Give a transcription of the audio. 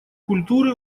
культуры